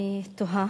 אני תוהה,